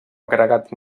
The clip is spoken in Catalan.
agregat